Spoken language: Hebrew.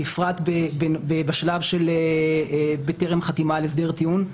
בפרט בטרם חתימה על הסדר טיעון,